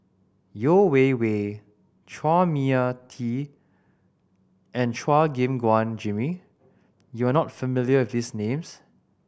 Yeo Wei Wei Chua Mia Tee and Chua Gim Guan Jimmy you are not familiar with these names